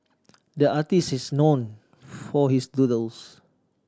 the artists is known for his doodles